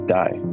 die